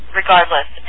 regardless